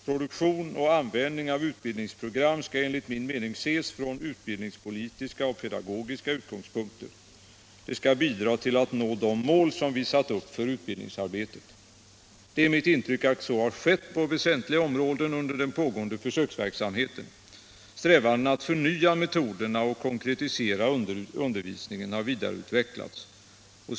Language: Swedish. Produktion och användning av utbildningsprogram skall enligt min mening ses från utbildningspolitiska och pedagogiska utgångspunkter. De skall bidra till att nå de mål som vi satt upp för utbildningsarbetet. Det är mitt Radio och television i utbildningsväsendet Radio och television i utbildningsväsendet intryck att så har skett på väsentliga områden under den pågående försöksverksamheten. Strävandena att förnya metoderna och konkretisera undervisningen har vidareutvecklats.